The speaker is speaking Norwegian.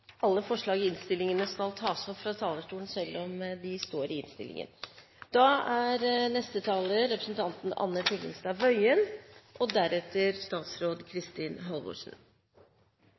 alle forslag i innstillingene skal tas opp fra talerstolen, selv om de står i innstillingen.